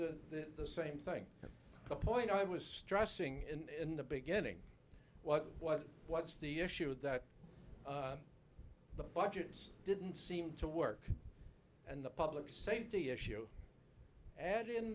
the same thing at the point i was stressing in the beginning what what what's the issue that the budgets didn't seem to work and the public safety issue and in